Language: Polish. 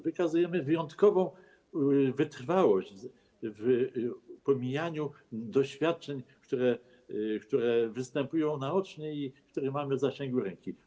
Wykazujemy wyjątkową wytrwałość w pomijaniu doświadczeń, które występują naocznie i które mamy w zasięgu ręki.